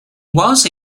was